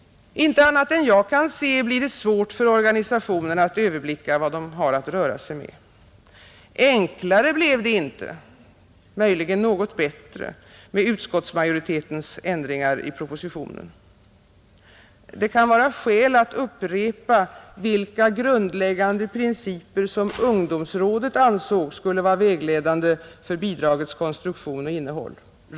Inte annat än jag kan se, blir det svårt för organisationerna att överblicka vad de har att röra sig med, Enklare blev det inte — möjligen något bättre — med utskottsmajoritetens ändringar i propositionen. Det kan vara skäl att upprepa vilka grundläggande principer som ungdomsrådet ansåg skulle vara vägledande för bidragets konstruktion och innehåll.